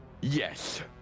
yes